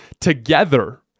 together